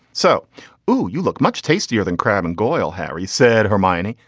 so do you look much tastier than crab and goyal harry said her mining.